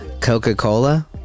Coca-Cola